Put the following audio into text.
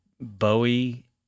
Bowie